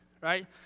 right